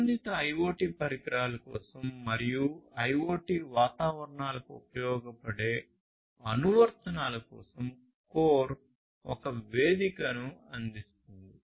నిర్బంధిత IoT పరికరాల కోసం మరియు IoT వాతావరణాలకు ఉపయోగపడే అనువర్తనాల కోసం CoRE ఒక వేదికను అందిస్తుంది